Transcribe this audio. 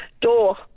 Door